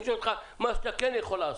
אני שואל אותך מה שאתה כן יכול לעשות.